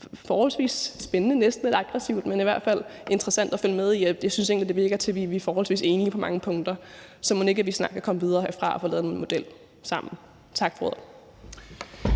forholdsvis spændende, næsten lidt aggressivt, men i hvert fald interessant at følge med i. Jeg synes egentlig, det virker, som om vi er forholdsvis enige på mange punkter, så mon ikke vi snart kan komme videre herfra og få lavet en ny model sammen? Tak for ordet.